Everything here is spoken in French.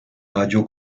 radio